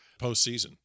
postseason